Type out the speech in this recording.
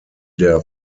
der